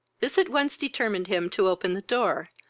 this at once determined him to open the door,